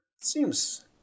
seems